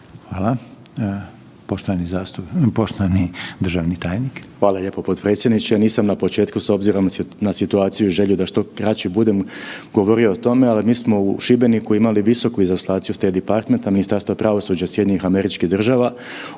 **Salapić, Josip (HDSSB)** Hvala lijepa potpredsjedniče. Nisam na početku s obzirom na situaciju želio da što kraći budem govorio o tome, ali mi smo u Šibeniku imali visoku izaslanciju State Departmenta Ministarstva pravosuđa SAD-a uz